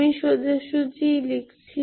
আমি সোজাসুজি লিখছি